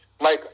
Mike